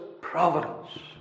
providence